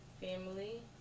family